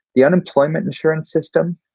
the unemployment insurance system,